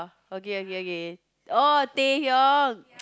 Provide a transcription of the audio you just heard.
okay okay okay oh Taehyung